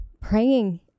praying